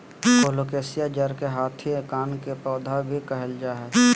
colocasia जड़ के हाथी कान के पौधा भी कहल जा हई